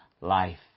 life